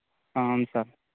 అవును సార్